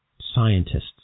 scientists